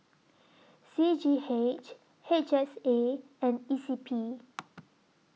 C G H H S A and E C P